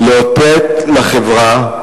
לאותת לחברה,